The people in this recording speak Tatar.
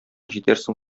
җитәрсең